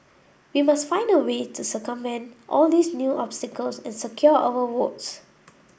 we must find a way to circumvent all these new obstacles and secure our votes